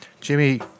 Jimmy